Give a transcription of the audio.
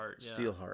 Steelheart